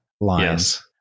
lines